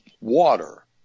water